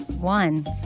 One